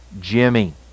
Jimmy